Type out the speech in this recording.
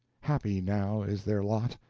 happy now is their lot!